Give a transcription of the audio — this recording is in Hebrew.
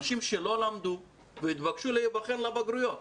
אנשים שלא למדו נתבקשו להיבחן לבגרויות.